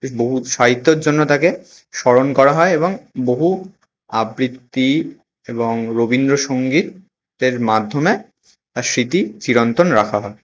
বহু সাহিত্যর জন্য তাঁকে স্মরণ করা হয় এবং বহু আবৃত্তি এবং রবীন্দ্রসঙ্গীতের মাধ্যমে তাঁর স্মৃতি চিরন্তন রাখা হয়